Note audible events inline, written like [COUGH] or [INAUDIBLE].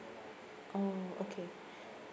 oh okay [BREATH]